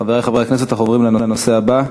חברי חברי הכנסת, אנחנו עוברים לנושא הבא: